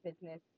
business